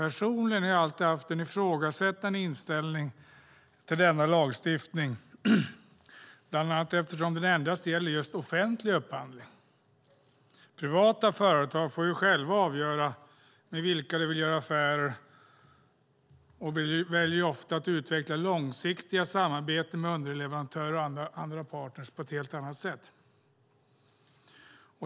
Personligen har jag alltid haft en ifrågasättande inställning till denna lagstiftning bland annat eftersom den endast gäller just offentlig upphandling. Privata företag får ju själva avgöra med vilka de vill göra affärer och väljer ofta att utveckla långsiktiga samarbeten med underleverantörer och andra partner på ett helt annat sätt.